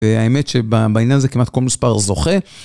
האמת שבעניין הזה כמעט כל מספר זוכה.